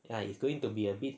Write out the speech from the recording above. ya it's going to be a bit